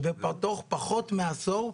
שתוך פחות מעשור,